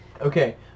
Okay